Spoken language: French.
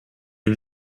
une